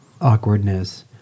Awkwardness